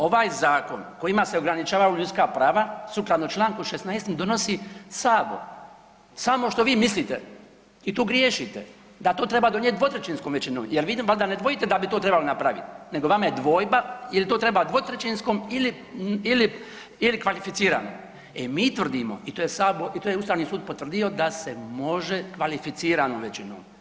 Ovaj zakon kojima se ograničavaju ljudska prava sukladno Članku 16. donosi sabor samo što vi mislite i tu griješite da to treba donijeti dvotrećinskom većinom jer vi valjda ne dvojite da bi to trebalo napraviti nego vama je dvojba je li to treba dvotrećinskom ili kvalificirano, e mi tvrdimo i to je Ustavni sud potvrdio da se može kvalificiranom većinom.